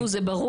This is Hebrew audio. נו, זה ברור.